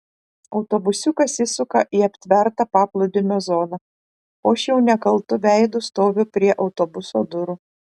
autobusiukas įsuka į aptvertą paplūdimio zoną o aš jau nekaltu veidu stoviu prie autobuso durų